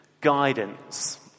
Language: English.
guidance